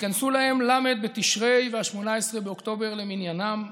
התכנסו להם ל' בתשרי ו-18 באוקטובר למניינם,